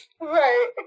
Right